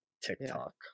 TikTok